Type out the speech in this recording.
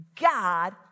God